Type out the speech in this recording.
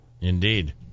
Indeed